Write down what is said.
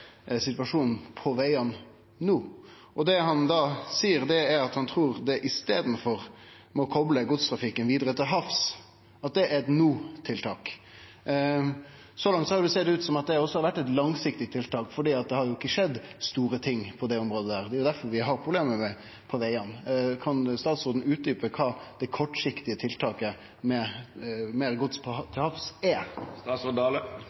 at han trur ein i staden må kople godstrafikken vidare til havs, at det er eit no-tiltak. Så langt har det sett ut som om det også har vore eit langsiktig tiltak, for det har ikkje skjedd store ting på det området. Det er difor vi har problem på vegane. Kan statsråden utdjupe kva det kortsiktige tiltaket for meir gods til havs er? Vi har bl.a. dei siste åra laga ei ordning for godsoverføring frå veg til sjø, som fleire aktørar har søkt på